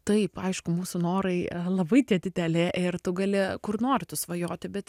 taip aišku mūsų norai labai tie dideli ir tu gali kur nori tu svajoti bet